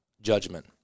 judgment